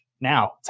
Now